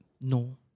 No